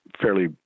fairly